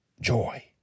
joy